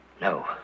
No